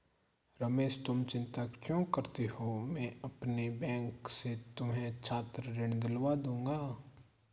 रमेश तुम चिंता क्यों करते हो मैं अपने बैंक से तुम्हें छात्र ऋण दिलवा दूंगा